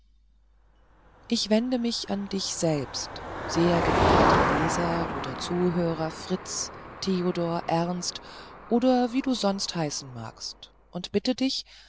ich wende mich an dich selbst sehr geneigter leser oder zuhörer fritz theodor ernst oder wie du sonst heißen magst und bitte dich